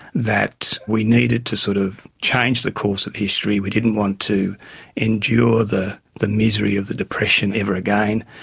that we needed to sort of change the course of history, we didn't want to endure the the misery of the depression ever again,